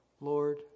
Lord